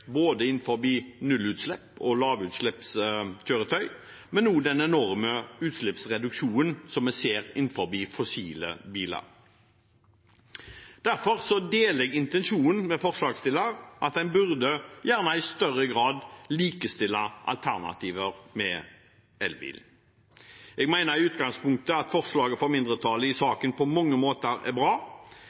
og lavutslippskjøretøy, men også den enorme utslippsreduksjonen fra fossile biler som vi ser. Derfor deler jeg intensjonen til forslagsstillerne – at en i større grad bør likestille alternativer med elbil. Jeg mener i utgangspunktet at forslaget fra mindretallet i saken på mange måter er bra,